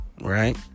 right